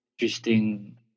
Interesting